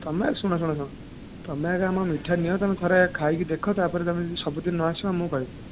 ତମେ ଶୁଣ ଶୁଣ ତମେ ଆଗେ ଆମ ମିଠା ନିଅ ଥରେ ଖାଇକି ଦେଖ ତାପରେ ଯଦି ତମେ ସବୁ ଦିନ ନଆସିବ ଆମକୁ କହିବି